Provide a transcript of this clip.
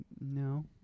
no